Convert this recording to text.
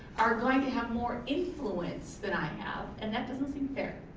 are going to have more influence than i have, and that doesn't seem fair.